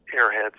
Airheads